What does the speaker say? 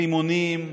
רימונים,